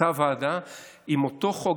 אותה ועדה עם אותו חוק.